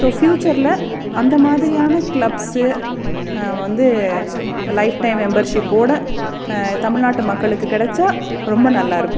so ஃப்யூச்சரில் அந்த மாதிரியான கிளப்ஸு வந்து லைஃப்டைம் மெம்பர்ஷிப்போடு தமிழ்நாட்டு மக்களுக்கு கிடைச்சா ரொம்ப நல்லாயிருக்கும்